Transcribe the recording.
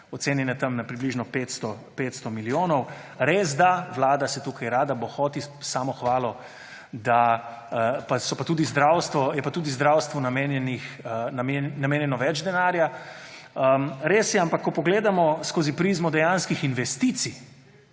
ocenjene tam na približno 500 milijonov. Resda vlada se tukaj rada bohoti s samohvalo, da je pa tudi zdravstvu namenjeno več denarja. Res je, ampak ko pogledamo skozi prizmo dejanskih investicij